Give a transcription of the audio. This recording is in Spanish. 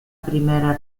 primera